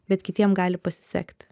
bet kitiem gali pasisekti